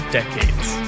decades